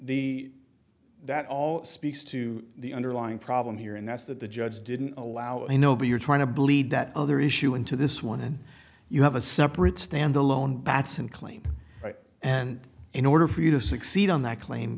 the that all speaks to the underlying problem here and that's that the judge didn't allow i know but you're trying to bleed that other issue into this one and you have a separate stand alone batson claim and in order for you to succeed on that claim